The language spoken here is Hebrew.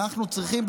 אנחנו צריכים,